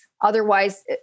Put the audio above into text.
Otherwise